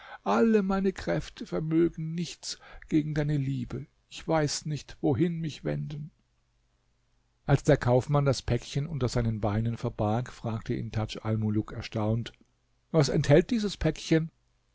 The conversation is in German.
alle meine kräfte vermögen nichts gegen deine liebe ich weiß nicht wohin mich wenden als der kaufmann das päckchen unter seinen beinen verbarg fragte ihn tadj almuluk erstaunt was enthält dieses päckchen